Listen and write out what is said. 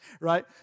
Right